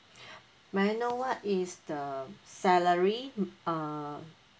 may I know what is the salary uh